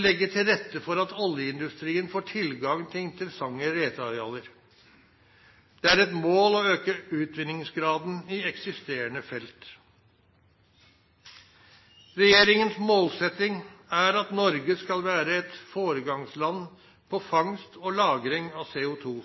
legge til rette for at oljeindustrien får tilgang til interessante letearealer. Det er et mål å øke utvinningsgraden i eksisterende felt. Regjeringens målsetting er at Norge skal være et foregangsland på fangst og lagring av CO2.